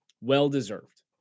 well-deserved